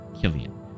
Killian